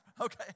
Okay